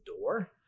door